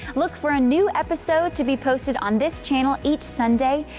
look for a new episode to be posted on this channel each sunday.